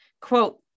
Quote